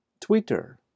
Twitter